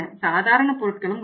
சாதாரண பொருட்களும் உள்ளன